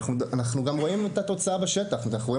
התוצאה נראית לעיני כל בשטח.